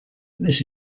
this